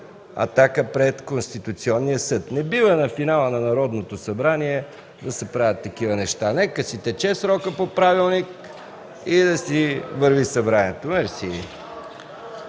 атака пред Конституционния съд. Не бива на финала на Народното събрание да се правят такива неща. Нека си тече срокът по правилник и да си върви Събранието. Мерси.